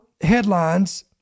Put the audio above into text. headlines